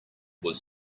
was